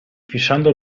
fissando